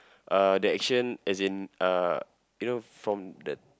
uh the action as in uh you know from the